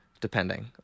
Depending